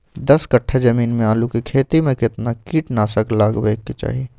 दस कट्ठा जमीन में आलू के खेती म केतना कीट नासक लगबै के चाही?